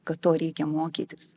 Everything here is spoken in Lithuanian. kad to reikia mokytis